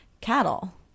cattle